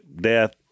death